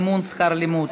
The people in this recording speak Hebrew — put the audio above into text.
מימון שכר לימוד),